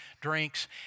drinks